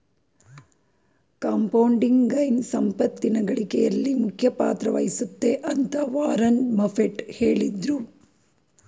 compounding gain ಸಂಪತ್ತಿನ ಗಳಿಕೆಯಲ್ಲಿ ಮುಖ್ಯ ಪಾತ್ರ ವಹಿಸುತ್ತೆ ಅಂತ ವಾರನ್ ಬಫೆಟ್ ಹೇಳಿದ್ರು